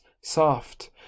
soft